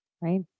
right